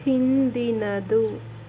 ಹಿಂದಿನದು